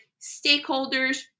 stakeholders